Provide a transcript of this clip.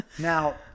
Now